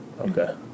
Okay